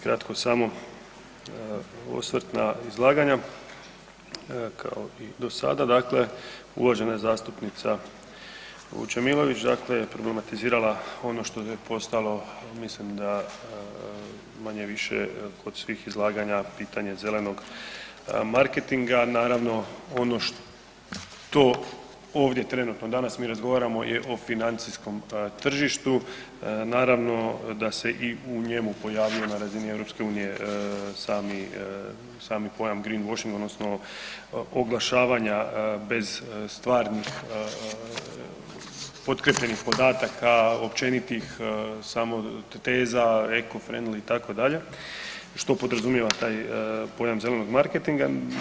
Kratko samo osvrt na izlaganja, kao i dosada dakle, uvažena zastupnica Vučemilović, dakle je problematizirala ono što je postalo ja mislim da manje-više kod svih izlaganja pitanje zelenog marketinga, naravno ono što ovdje trenutno danas mi ovdje razgovaramo je o financijskom tržištu, naravno da se i u njemu pojavljuje na razini EU-a sami pojam green washing odnosno oglašavanja bez stvarnih potkrijepljenih podataka, općenitih samo teza, eko friendly itd., što podrazumijeva taj pojam zelenog marketinga.